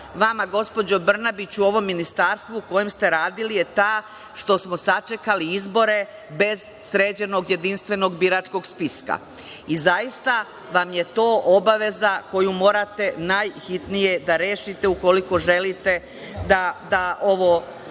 vama, gospođo Brnabić, u ovom ministarstvu u kojem ste radili je ta što smo sačekali izbore bez sređenog jedinstvenog biračkog spiska. Zaista vam je to obaveza koju morate najhitnije da rešite ukoliko želite da